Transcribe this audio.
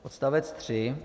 Odstavec 3.